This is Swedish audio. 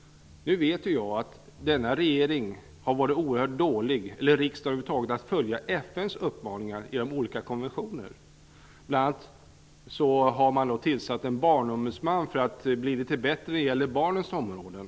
Regeringen och riksdagen har varit oerhört dåliga när det gällt att följa FN:s uppmaningar genom olika konventioner. Bl.a. har man nu tillsatt en barnombudsman för att bli litet bättre på barnens område.